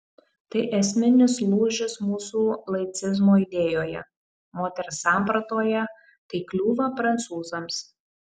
tai esminis lūžis mūsų laicizmo idėjoje moters sampratoje tai kliūva prancūzams